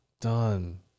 done